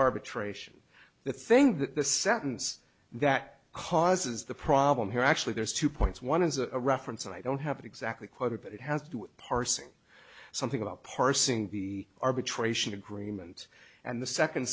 arbitration the thing that the sentence that causes the problem here actually there's two points one is a reference and i don't have it exactly quoted but it has to do parsing something about parsing the arbitration agreement and the second